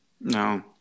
no